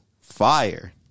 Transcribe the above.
Fire